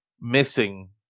missing